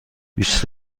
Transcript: بیست